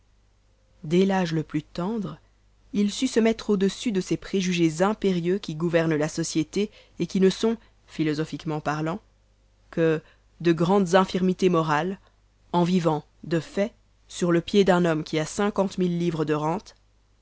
dès l'âge le plus tendre il sut se mettre au-dessus de ces préjugés impérieux qui gouvernent la société et qui ne sont philosophiquement parlant que de grandes infirmités morales en vivant de fait sur le pied d'un homme qui a cinquante mille livres de rentes